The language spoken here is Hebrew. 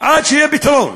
עד שיהיה פתרון.